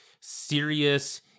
serious